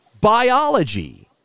biology